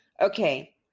Okay